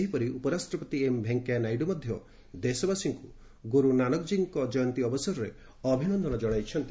ସେହିପରି ଉପରାଷ୍ଟ୍ରପତି ଏମ୍ ଭଙ୍କୟା ନାଇଡୁ ମଧ୍ୟ ଦେଶବାସୀଙ୍କୁ ଗୁରୁ ନାନକଙ୍କ ଜୟନ୍ତୀ ଅବସରରେ ଅଭିନନ୍ଦନ ଜଣାଇଛନ୍ତି